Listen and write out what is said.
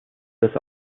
dass